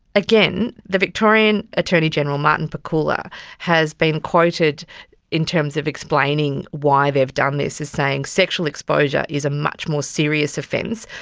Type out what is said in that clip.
again, the victorian attorney general martin pakula has been quoted in terms of explaining why they've done this as saying sexual exposure is a much more serious offence.